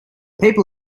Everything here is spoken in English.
people